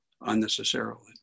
unnecessarily